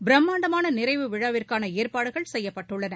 பிரமாண்டமான நிறைவு விழாவிற்கான ஏற்பாடுகள் செய்யப்பட்டுள்ளன